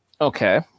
Okay